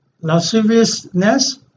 lasciviousness